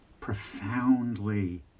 profoundly